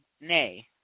nay